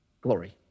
Glory